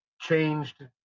changed